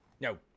No